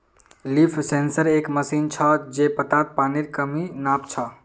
leaf sensor एक machine छ जे पत्तात पानीर कमी नाप छ